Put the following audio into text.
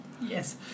Yes